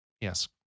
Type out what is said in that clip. Yes